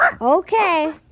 Okay